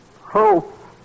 Hope